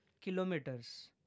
kilometers